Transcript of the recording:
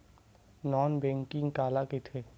Non banking काला कइथे?